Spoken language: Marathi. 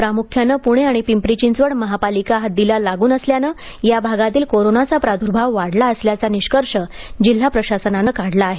प्रामुख्यानं पुणे आणि पिंपरी चिंचवड महापालिका हद्दीला लागून असल्यानं या भागातील कोरोनाचा प्रादुर्भाव वाढला असल्याचा निष्कर्ष जिल्हा प्रशासनानं काढला आहे